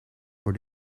voor